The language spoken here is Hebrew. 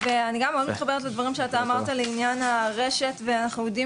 ואני גם מאד מתחברת לדברים שאתה אמרת לעניין הרשת ואנחנו יודעים